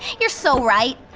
you're so right.